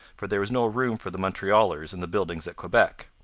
for there was no room for the montrealers in the buildings at quebec.